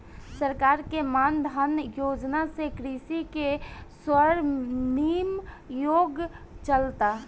सरकार के मान धन योजना से कृषि के स्वर्णिम युग चलता